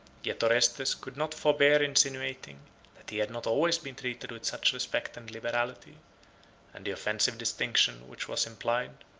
yet orestes could not forbear insinuating that he had not always been treated with such respect and liberality and the offensive distinction which was implied,